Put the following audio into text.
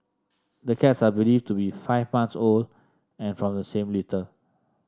the cats are believed to be five months old and from the same litter